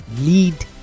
lead